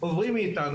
עוברים מאיתנו.